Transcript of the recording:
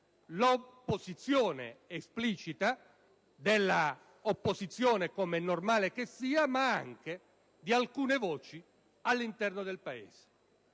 contrarietà esplicita dell'opposizione, come è normale che sia, ma anche di alcune voci all'interno del Paese.